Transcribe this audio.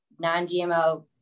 non-GMO